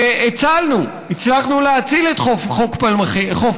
הצלנו, הצלחנו להציל את חוף פלמחים.